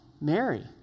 Mary